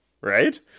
right